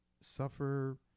suffer